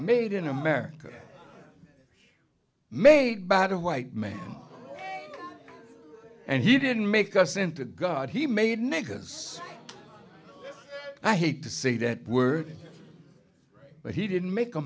made in america made bad a white man and he didn't make us into god he made niggas i hate to say that word but he didn't make a